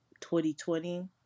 2020